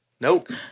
Nope